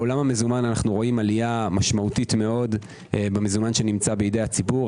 בעולם המזומן אנו רואים עלייה משמעותית מאוד במזומן שנמצא בידי הציבור,